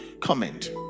comment